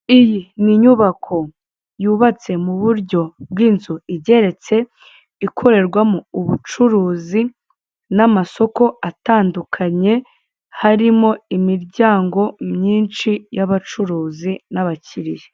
Iyi ni inyubako yubatse mu buryo bw'inzu igeretse, ikorerwamo ubucuruzi n'amasoko atandukanye, harimo imiryango myinshi y'abacuruzi n'abakiriya.